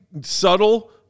subtle